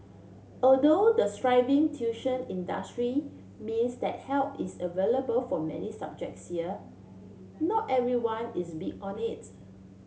although the thriving tuition industry means that help is available for many subjects here not everyone is big on it